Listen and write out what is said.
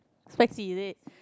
spicy is it